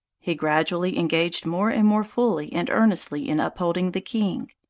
he gradually engaged more and more fully and earnestly in upholding the king.